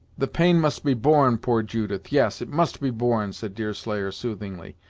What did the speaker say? the pain must be borne, poor judith yes, it must be borne, said deerslayer, soothingly,